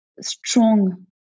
strong